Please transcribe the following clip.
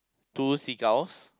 two seagulls